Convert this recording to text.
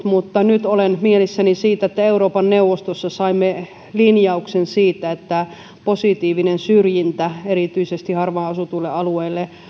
mutta nyt olen mielissäni siitä että euroopan neuvostossa saimme linjauksen siitä että positiivinen syrjintä erityisesti harvaan asutuilla alueilla